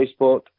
Facebook